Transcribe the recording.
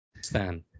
Stan